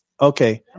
Okay